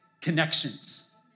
connections